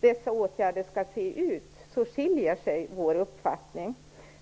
dessa åtgärder skall se ut skiljer sig vår uppfattning.